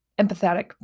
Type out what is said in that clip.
empathetic